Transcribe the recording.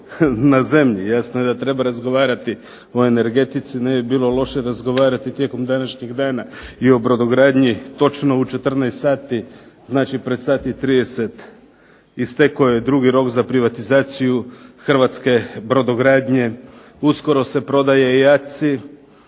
na zemlji. Jasno je da treba razgovarati o energetici, ne bi bilo loše razgovarati tijekom današnjeg dana i o brodogradnji. Točno u 14 sati, znači pred sat i 30 istekao je drugi rok za privatizaciju hrvatske brodogradnje. Uskoro se prodaje